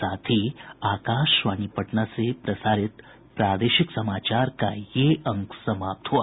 इसके साथ ही आकाशवाणी पटना से प्रसारित प्रादेशिक समाचार का ये अंक समाप्त हुआ